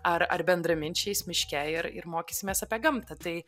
ar ar bendraminčiais miške ir ir mokysimės apie gamtą tai